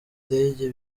ndege